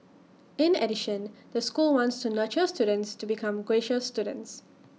in addition the school wants to nurture students to become gracious students